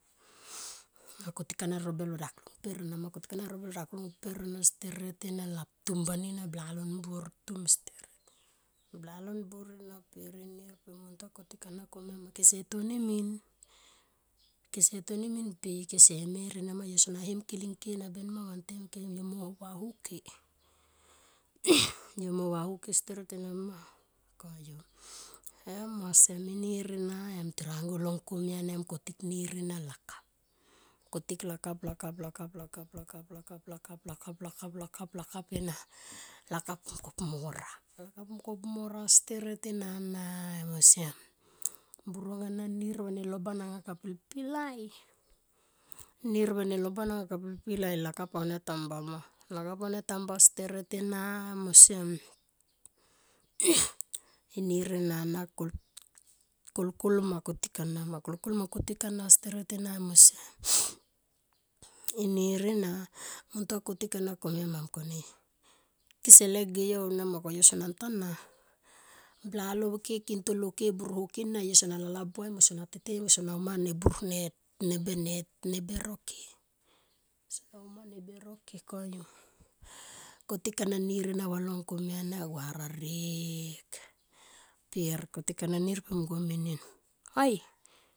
Totik ana robel va dakulik mper ana ma, kotik ana robel va dakulik ana steret ena lap tuna ban ni na blalon buor ena pe i nir pe muntua kaik ana komia ma kese toni min, kese min pe kese mer ena ma yo sona him kiling ke ra ben ma vantem kem yo mo vau ke yo mo vau ke steret ena ma koyu em osem inir ena tunangu long komia na turangu nin ena lakap. Kotik lakap, lakap, lakap, lakap, lakap, lakap mo pu ra lakap mung ko pu mo ra, lakap mung ko pu ma ra steret ena na em osem. Burong ana nir ve nelo ban anga ka pilpilai nir va ne loban anga ka pilpilai lakap au nia tamba ma, lakap aunia tam ba steret ena osem nir ena na kolkol ma katik ana ma. kolkol mo kotik ana steret ena em osem inir ena muntua katik anan komia ma muns kone kese lege yo aunia ma ko yo sona ntana blalol ke kinto lol ke bunho lol ke bunho lol ke na yo sona lalabuai mo yo sona uma ne ber oh ke, sona uma ber oh ke kogu. Kotik ana nir ena valong komia na gua ra rek per kotik ana nir pe mung komun menien ma ai